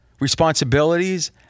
responsibilities